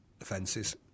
offences